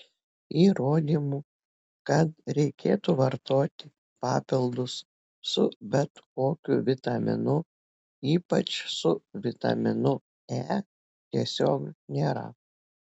įrodymų kad reikėtų vartoti papildus su bet kokiu vitaminu ypač su vitaminu e tiesiog nėra